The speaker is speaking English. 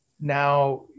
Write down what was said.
Now